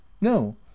no